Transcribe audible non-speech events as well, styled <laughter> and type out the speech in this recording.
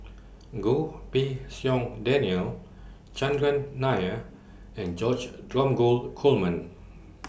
Goh Pei Siong Daniel Chandran Nair and George Dromgold Coleman <noise>